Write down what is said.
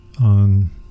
on